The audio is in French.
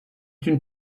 une